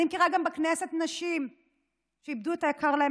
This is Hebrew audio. אני מכירה גם בכנסת נשים שאיבדו את היקר להן